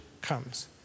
comes